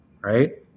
Right